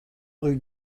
rue